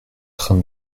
train